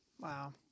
Wow